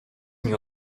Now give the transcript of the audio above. nie